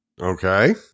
okay